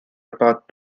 about